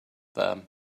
them